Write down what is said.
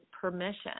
permission